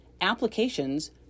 applications